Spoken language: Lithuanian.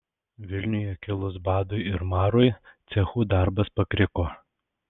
vilniuje kilus badui ir marui cechų darbas pakriko